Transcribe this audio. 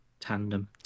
Tandem